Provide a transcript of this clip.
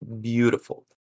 beautiful